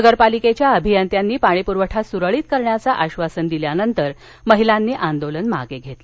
नगरपालिकेच्या अभियंत्यांनी पाणीपुरवठा सुरळीत करण्याचं आश्वासन दिल्यानंतर महिलांनी आंदोलन मागे घेतलं